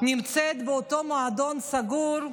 נמצאת באותו מועדון סגור,